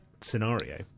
scenario